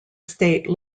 state